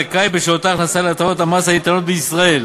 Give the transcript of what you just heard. זכאי בשל אותה הכנסה להטבות המס הניתנות בישראל